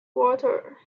water